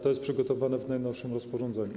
To jest przygotowane w najnowszym rozporządzeniu.